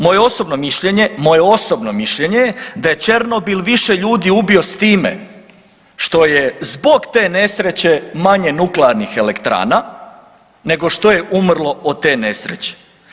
Moje osobno mišljenje, moje osobno mišljenje je da je Černobil više ljudi ubio s time što je zbog te nesreće manje nuklearnih elektrana nego što je umrlo od te nesreće.